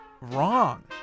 Wrong